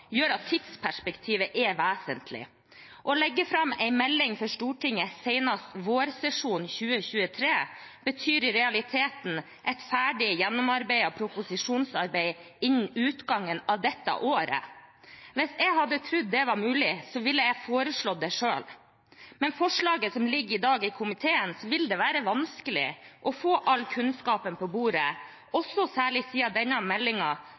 gjør at tidsperspektivet er vesentlig. Å legge fram en melding for Stortinget senest vårsesjonen 2023 betyr i realiteten et ferdig gjennomarbeidet proposisjonsarbeid innen utgangen av dette året. Hvis jeg hadde trodd det var mulig, ville jeg foreslått det selv. Men med forslaget som ligger i dag i komiteen, vil det være vanskelig å få all kunnskapen på bordet, også særlig siden denne